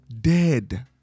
dead